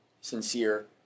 sincere